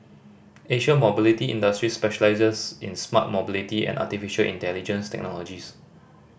Asia Mobility Industries specialises in smart mobility and artificial intelligence technologies